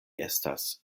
estas